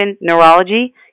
neurology